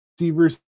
receivers